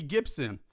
Gibson